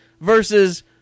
versus